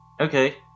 okay